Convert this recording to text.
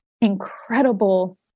incredible